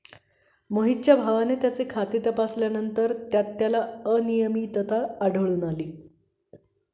मोहितच्या भावाने त्याचे खाते तपासल्यानंतर त्यात त्याला अनियमितता आढळून आली